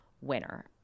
winner